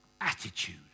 Attitude